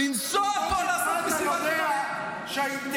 לנסוע כל הזמן ------ אתה יודע שהאינטרס,